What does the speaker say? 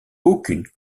aucune